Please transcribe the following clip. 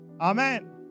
Amen